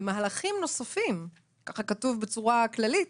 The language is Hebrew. ומהלכים נוספים, ככה כתוב בצורה כללית,